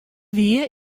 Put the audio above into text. wie